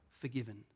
forgiven